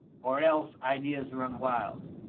or else ideas run wild.